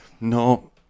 no